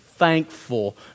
Thankful